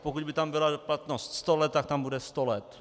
Pokud by tam byla platnost sto let, tak tam bude sto let.